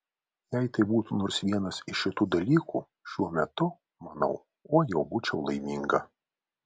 jei tai būtų nors vienas iš šitų dalykų šiuo metu manau oi jau būčiau laiminga